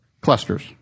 clusters